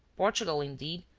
portugal, indeed,